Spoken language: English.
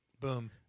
Boom